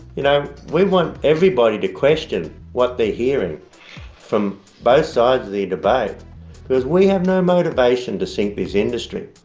you know we want everybody to question what they're hearing from both sides of the debate. because we have no motivation to sink this industry.